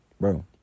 bro